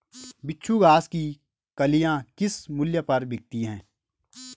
बिच्छू घास की कलियां किस मूल्य पर बिकती हैं?